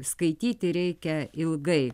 skaityti reikia ilgai